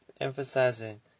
emphasizing